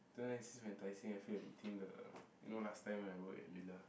don't know eh since we are in Tai-Seng I feel like eating the you know last time when I work at Miller